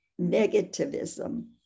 negativism